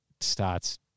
starts